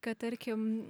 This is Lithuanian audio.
kad tarkim